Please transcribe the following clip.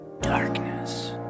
Darkness